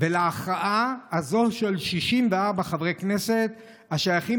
ולהכרעה הזאת של 64 חברי כנסת השייכים